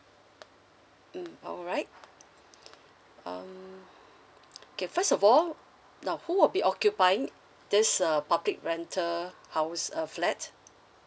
mm alright um okay first of all now who will be occupying this uh public rental house uh flat